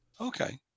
Okay